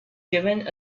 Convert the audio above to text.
given